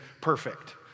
perfect